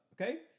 Okay